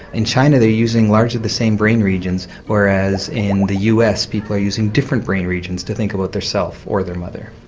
in china they are using largely the same brain regions whereas in the us people are using different brain regions to think about themselves or their mother.